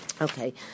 Okay